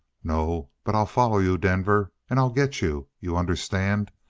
no. but i'll follow you, denver. and i'll get you. you understand?